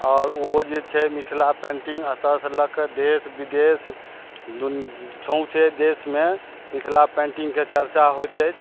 आओर ओ जे छै मिथिला पेन्टिंग एतऽ सँ लऽ कऽ देश बिदेश सौंसे देशमे मिथिला पेन्टिंगके चर्चा होयत अछि